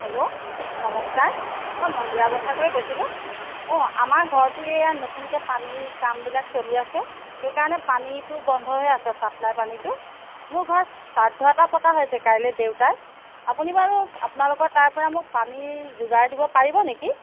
hello নমস্কাৰ মই মন্দিৰা বৰঠাকুৰে কৈছিলোঁ অঁ আমাৰ ঘৰটো এয়া নতুনকৈ পানীৰ কামবিলাক চলি আছে সেইকাৰণে পানীটো বন্ধ হৈ আছে চাপ্লাই পানীটো মোৰ ঘৰত শ্ৰাদ্ধ এটা পতা হৈছে কাইলৈ দেউতাৰ আপুনি বাৰু আপোনালোকৰ তাৰপৰা মোক পানীৰ যোগাৰ দিব পাৰিব নেকি